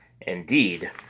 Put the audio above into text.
Indeed